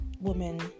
woman